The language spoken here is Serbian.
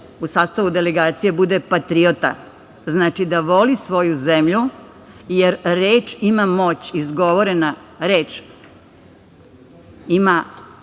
u sastavu delegacija bude patriota, znači da voli svoju zemlju, jer reč ima moć. Izgovorena reč ima